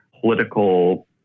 political